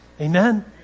Amen